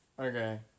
Okay